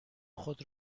خود